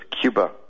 Cuba